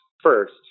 first